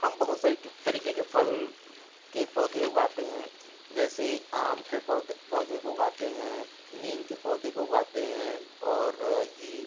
हम बहुत सारी तरीके के फल के पौधे उगाते हैं जैसे आम के पौधे को उगाते हैं नीम के पौधे को उगाते हैं और ये